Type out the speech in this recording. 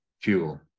fuel